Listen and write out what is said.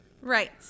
Right